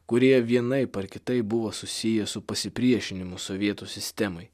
kurie vienaip ar kitaip buvo susiję su pasipriešinimu sovietų sistemai